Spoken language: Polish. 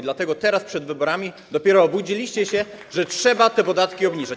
Dlatego teraz, przed wyborami, dopiero obudziliście się, że trzeba te podatki obniżać.